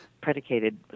predicated